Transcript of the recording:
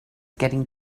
getting